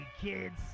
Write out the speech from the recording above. kids